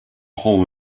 hole